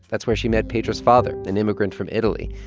that's where she met pedro's father, an immigrant from italy.